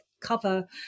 cover